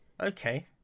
okay